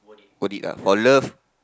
worth it lah for love